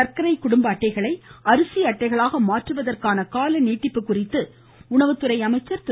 சர்க்கரை குடும்ப அட்டைகளை அரிசி அட்டைகளாக மாற்றுவதற்கான கால நீட்டிப்பு குறித்து மாநில உணவுத்துறை அமைச்சர் திரு